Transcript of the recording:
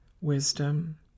wisdom